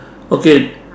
okay